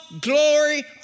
glory